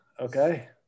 Okay